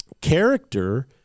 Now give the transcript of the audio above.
character